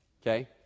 Okay